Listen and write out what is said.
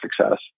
success